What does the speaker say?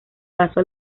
paso